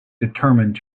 determined